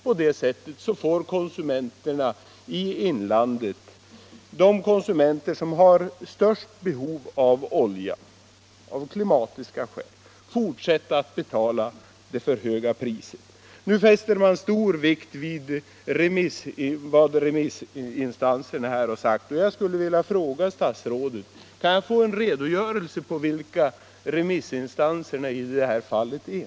På det sättet får konsumenterna i inlandet —- de konsumenter som har störst behov av olja av klimatiska skäl — fortsätta att betala det för höga priset. Nu fäster man stor vikt vid vad remissinstanserna här har sagt, och jag skulle vilja fråga statsrådet: Kan jag få en redogörelse för vilka remissinstanserna i det här fallet är?